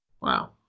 Wow